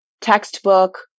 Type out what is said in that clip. textbook